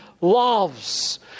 loves